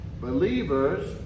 Believers